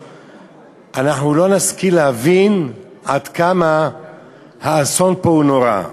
אנחנו לא נשכיל להבין עד כמה האסון פה הוא נורא.